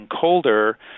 colder